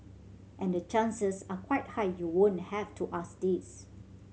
and chances are quite high you won't have to ask this